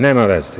Nema veze.